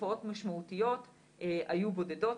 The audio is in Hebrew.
תופעות משמעותיות היו בודדות,